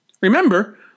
Remember